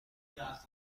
نیاز